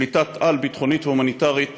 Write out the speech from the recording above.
שליטת-על ביטחונית והומניטרית